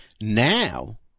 Now